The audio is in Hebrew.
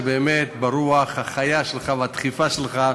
ברוח החיה שלך ובדחיפה שלך,